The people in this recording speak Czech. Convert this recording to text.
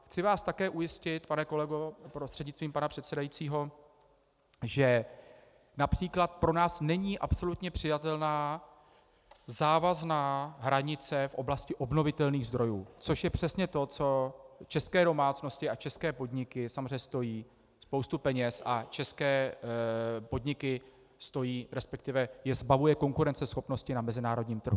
Chci vás také ujistit, pane kolego prostřednictvím pana předsedajícího, že např. pro nás není absolutně přijatelná závazná hranice v oblasti obnovitelných zdrojů, což je přesně to, co české domácnosti a české podniky samozřejmě stojí spoustu peněz a české podniky stojí, resp. je zbavuje konkurenceschopnosti na mezinárodním trhu.